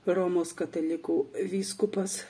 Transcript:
romos katalikų vyskupas